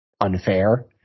unfair